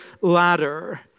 ladder